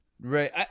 Right